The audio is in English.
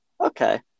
okay